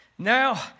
Now